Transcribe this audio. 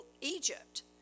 Egypt